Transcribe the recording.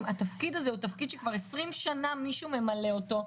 התפקיד הזה כבר 20 שנים מישהו ממלא אותו,